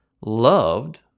loved